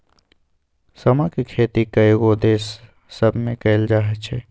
समा के खेती कयगो देश सभमें कएल जाइ छइ